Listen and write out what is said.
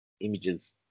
images